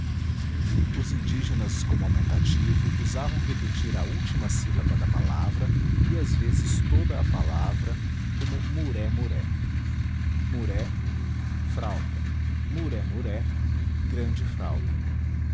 os indígenas como aumentativo usavam repetir a última sílaba da palavra e às vezes toda a palavra como murémuré muré frauta muremuré grande frauta